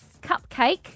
cupcake